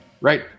Right